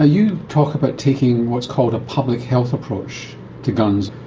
ah you talk about taking what's called a public health approach to guns.